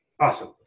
awesome